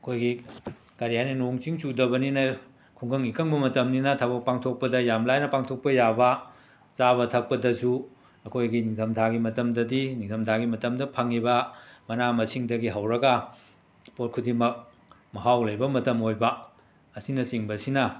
ꯈꯣꯏꯒꯤ ꯀꯔꯤ ꯍꯥꯏꯅ ꯅꯣꯡ ꯏꯁꯤꯡ ꯆꯨꯗꯕꯅꯤꯅ ꯈꯨꯡꯒꯪ ꯏꯀꯪꯕ ꯃꯇꯝꯅꯤꯅ ꯊꯕꯛ ꯄꯥꯡꯊꯣꯛꯄꯗ ꯌꯥꯝꯅ ꯂꯥꯏꯅ ꯄꯥꯡꯊꯣꯛꯄ ꯌꯥꯕ ꯆꯥꯕ ꯊꯛꯄꯗꯁꯨ ꯑꯩꯈꯣꯏꯒꯤ ꯅꯤꯡꯊꯝꯊꯥꯒꯤ ꯃꯇꯝꯗꯗꯤ ꯅꯤꯡꯊꯝꯊꯥꯒꯤ ꯃꯇꯝꯗ ꯐꯪꯉꯤꯕ ꯃꯅꯥ ꯃꯁꯤꯡꯗꯒꯤ ꯍꯧꯔꯒ ꯄꯣꯠ ꯈꯨꯗꯤꯃꯛ ꯃꯍꯥꯎ ꯂꯩꯕ ꯃꯇꯝ ꯑꯣꯏꯕ ꯑꯁꯤꯅꯆꯤꯡꯕꯁꯤꯅ